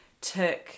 Took